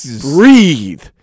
breathe